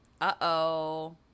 uh-oh